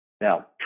now